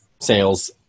sales